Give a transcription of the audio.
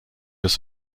des